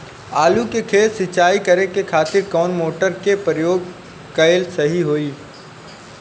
आलू के खेत सिंचाई करे के खातिर कौन मोटर के प्रयोग कएल सही होई?